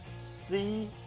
C-